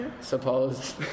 suppose